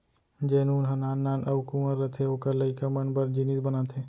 जेन ऊन ह नान नान अउ कुंवर रथे ओकर लइका मन बर जिनिस बनाथे